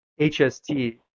HST